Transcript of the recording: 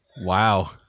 Wow